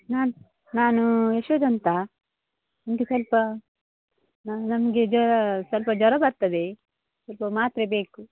ಹಾಂ ನಾನು ಯಶೋದಾ ಅಂತ ನನಗೆ ಸ್ವಲ್ಪ ನಮಗೆ ಜೊ ಸ್ವಲ್ಪ ಜ್ವರ ಬರ್ತದೆ ಸ್ವಲ್ಪ ಮಾತ್ರೆ ಬೇಕು